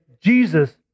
Jesus